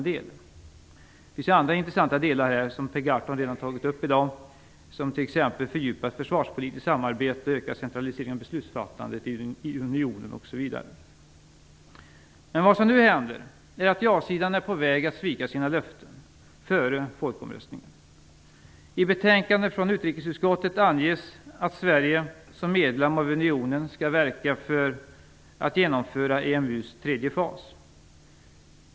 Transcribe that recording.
Det finns andra intressanta delar i det som Per Gahrton redan tagit upp i dag, t.ex. fördjupat försvarspolitiskt samarbete och en ökad centralisering av beslutsfattandet inom unionen. Vad som nu händer är att ja-sidan är på väg att svika sina löften från före folkomröstningen. I betänkandet från utrikesutskottet anges att Sverige som medlem av unionen skall verka för att genomföra EMU:s tredje fas.